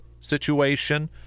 situation